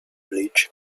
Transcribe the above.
bleach